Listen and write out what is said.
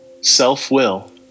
self-will